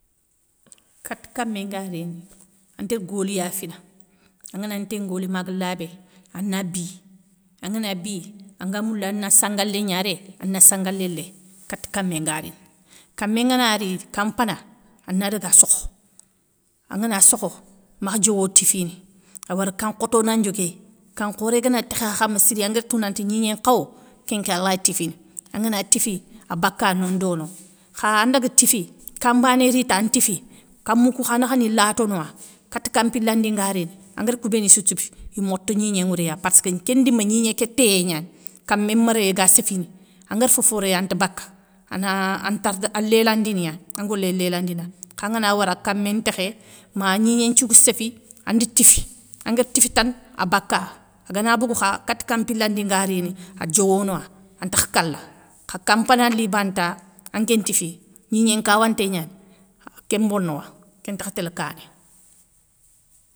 Kati kamé nga rini, antlé goli y fin, angana nté ngoli maga labé. ana bi angana bi anga moulana sangalé gnaréy ana sangalé léy, kati kamé nga rini. Kamé ngana ri, kam mpana, ana daga sokho, angana sokho, makh diowo tifini awar kan nkhoto na ndioguéyi, kan nkhoré gana tékha kam siriangari tou nanti gnigné nkhawo, kénké alay tifini. Angana tifi, abaka nondono, kha andaga tifi, kam mbané ri ta an tifi, kamou kou kha nakhani latonoa kata kam mpilandi nga rini, angari kou béni sou tiffi i mote gnigné nŋwouré ya parsskeu ké ndima gnigné ké téyé gnani, kamé ma réy ga séffini, angari foforéy anta bakka, ana ane tarde ane lélandina, an ngolé lélandina. Kha angana wara kamé ntékhé ma gnigné nthiou ga séfi andi tiffi, angari tiffi tane abaka, agana boogou kha kati kampilandi nga rini adiowona, antakh kala. Kha kampana li bane ta, anké tifi, gnigné nkawanté gnani, kén mbonowa kén ntakh télé kané.